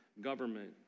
government